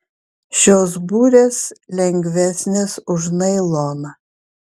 šios burės lengvesnės už nailoną